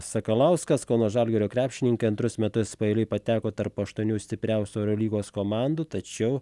sakalauskas kauno žalgirio krepšininkai antrus metus paeiliui pateko tarp aštuonių stipriausių eurolygos komandų tačiau